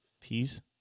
peace